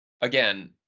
again